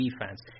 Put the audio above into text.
defense